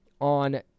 on